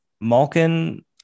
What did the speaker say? Malkin